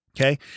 Okay